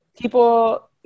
people